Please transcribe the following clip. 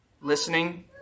Listening